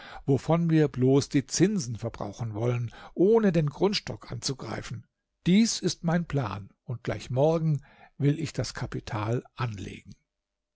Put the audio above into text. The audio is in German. wovon wir bloß die zinsen verbrauchen wollen ohne den grundstock anzugreifen dies ist mein plan und gleich morgen will ich das kapital anlegen